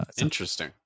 Interesting